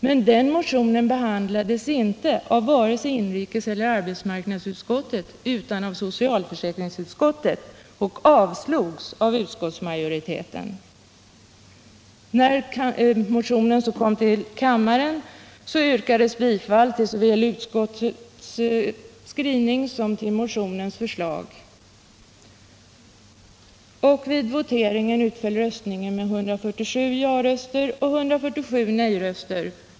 Och den motionen behandlades inte av vare sig inrikeseller arbetsmarknadsutskottet utan av socialförsäkringsutskottet och avstyrktes av utskottsmajoriteten. Vid kammarbehandlingen yrkades bifall till såväl utskottets som motionärernas förslag, och röstningen utföll med 147 ja mot 147 nej.